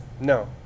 No